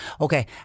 Okay